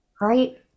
right